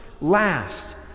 last